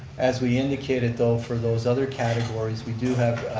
as we indicated though, for those other categories, we do have,